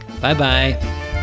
bye-bye